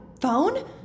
phone